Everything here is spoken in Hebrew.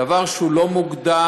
דבר שהוא לא מוגדר.